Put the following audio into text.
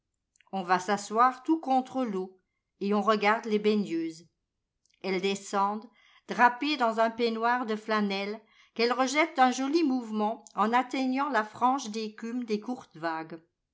on va s'asseoir tout contre l'eau et on regarde les baigneuses elles descendent drapées dans un peignoir de flanelle qu'elles rejettent d'un joli mouvement en atteignant la frange d'écume des courtes vagues